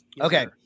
Okay